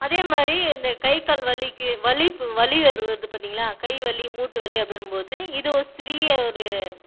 அதே மாதிரி இந்த கை கால் வலிக்கு வலிப்பு வலி வருவது பார்த்திங்களா கை வலி மூட்டு வலி அப்படின்னும்போது இது ஒரு சிறிய ஒரு